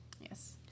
Yes